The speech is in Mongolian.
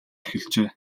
эхэлжээ